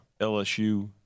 LSU